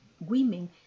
women